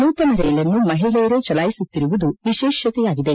ನೂತನ ರೈಲನ್ನು ಮಹಿಳೆಯರೇ ಚಲಾಯಿಸುತ್ತಿರುವುದು ವಿಶೇಷತೆಯಾಗಿವೆ